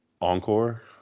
Encore